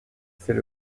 c’est